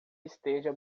esteja